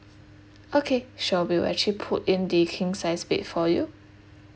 okay sure we will actually put in the king size bed for you